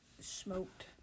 smoked